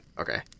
Okay